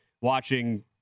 watching